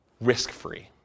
risk-free